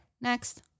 next